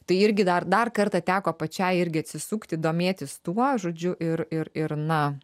tai irgi dar dar kartą teko pačiai irgi atsisukti domėtis tuo žodžiu ir ir ir na